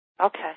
Okay